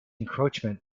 encroachment